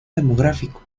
demográfico